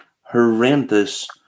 horrendous